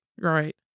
right